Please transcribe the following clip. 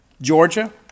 Georgia